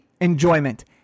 enjoyment